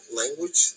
language